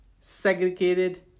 segregated